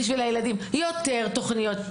יותר תוכניות,